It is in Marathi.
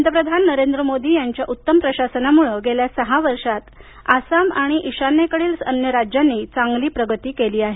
पंतप्रधान नरेंद्र मोदी यांच्या उत्तम प्रशासनामुळं गेल्या सहा वर्षात आसाम आणि ईशान्येकडील अन्य राज्यांनी चांगली प्रगती केली आहे